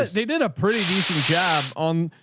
ah they did a pretty decent job on,